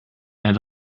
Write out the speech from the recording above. had